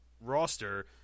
roster